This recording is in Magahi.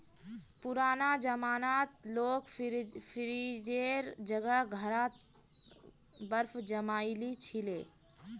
पुराना जमानात लोग फ्रिजेर जगह घड़ा त बर्फ जमइ ली छि ले